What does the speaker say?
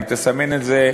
אם תסמן את זה,